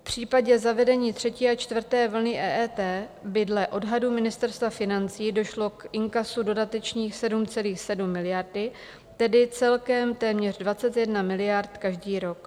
V případě zavedení třetí a čtvrté vlny EET by dle odhadu Ministerstva financí došlo k inkasu dodatečných 7,7 miliardy, tedy celkem téměř 21 miliard každý rok.